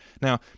Now